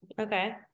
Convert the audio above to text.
okay